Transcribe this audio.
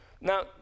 Now